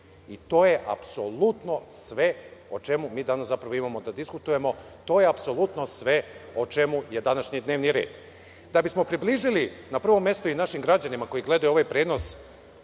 i to je apsolutno sve o čemu mi zapravo danas imamo da diskutujemo. To je apsolutno sve o čemu je današnji dnevni red. Da bismo približili, na prvom mestu građanima koji gledaju ovaj prenos,